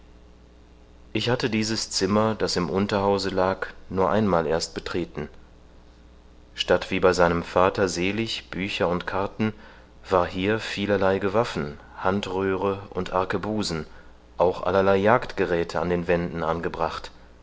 ich hatte dieses zimmer das im unterhause lag nur einmal erst betreten statt wie bei seinem vater sel bücher und karten war hier vielerlei gewaffen handröhre und arkebusen auch allerart jagdgeräthe an den wänden angebracht